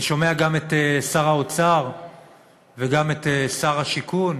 אני שומע גם את שר האוצר וגם את שר השיכון